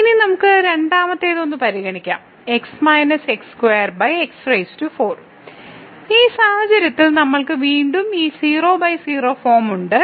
ഇനി നമുക്ക് രണ്ടാമത്തേത് ഒന്ന് പരിഗണിക്കാം ഈ സാഹചര്യത്തിൽ നമ്മൾക്ക് വീണ്ടും ഈ 00 ഫോം ഉണ്ട്